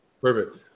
Perfect